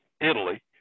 Italy